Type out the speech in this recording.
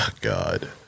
God